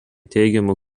teigiamų